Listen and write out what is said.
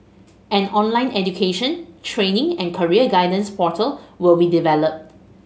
an online education training and career guidance portal will be developed